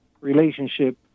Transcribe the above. relationship